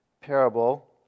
parable